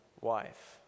wife